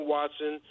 Watson